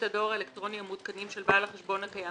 הדואר האלקטרוני המעודכנים של בעל החשבון הקיים